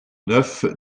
neuf